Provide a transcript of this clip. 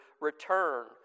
return